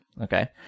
Okay